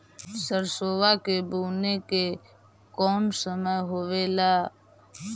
सरसोबा के बुने के कौन समय होबे ला?